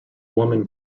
woman